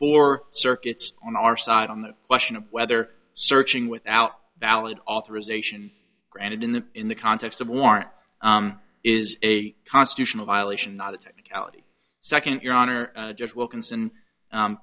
four circuits on our side on the question of whether searching without valid authorization granted in the in the context of warrant is a constitutional violation not a technicality second your honor just wilkinson